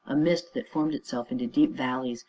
a mist that formed itself into deep valleys,